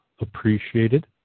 appreciated